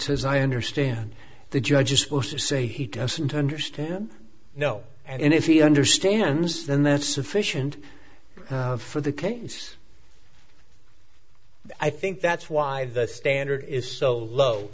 es i understand the judge is supposed to say he doesn't understand you know and if he understands then that's sufficient for the case i think that's why the standard is so low